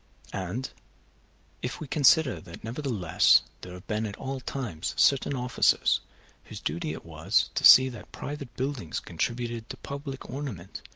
and if we consider that nevertheless there have been at all times certain officers whose duty it was to see that private buildings contributed to public ornament,